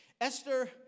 Esther